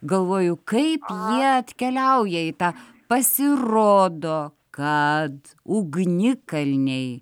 galvoju kaip jie atkeliauja į tą pasirodo kad ugnikalniai